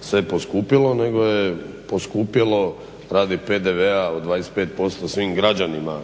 sve poskupilo nego je poskupjelo radi PDV-a od 25% svim građanima